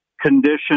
condition